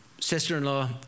sister-in-law